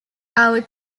out